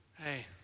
hey